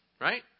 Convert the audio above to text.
Right